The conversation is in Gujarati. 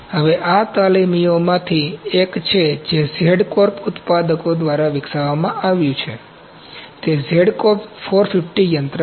હવે આ તાલીમીઓ માંથી એક છે જે Z Corp ઉત્પાદકો દ્વારા વિકસાવવામાં આવ્યું છે તે Z Corp 450 યંત્ર છે